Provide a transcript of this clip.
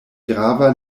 grava